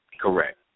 correct